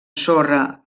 sorra